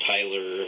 Tyler